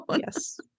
Yes